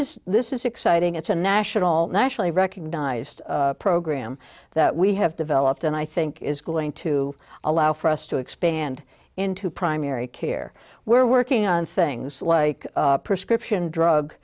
is this is exciting it's a national nationally recognized program that we have developed and i think is going to allow for us to expand into primary care we're working on things like prescription drug